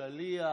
שליח.